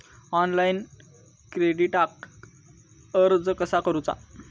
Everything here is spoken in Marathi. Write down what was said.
ऑनलाइन क्रेडिटाक अर्ज कसा करुचा?